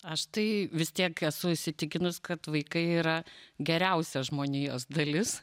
aš tai vis tiek esu įsitikinus kad vaikai yra geriausia žmonijos dalis